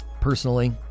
Personally